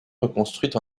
reconstruite